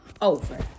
over